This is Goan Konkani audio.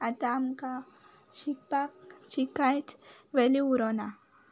आतां आमकां शिकपाक ची कांयच वेल्यू उरोवना